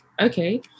okay